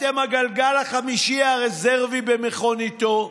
אתם הגלגל החמישי הרזרבי במכוניתו,